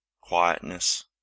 quietness